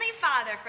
Father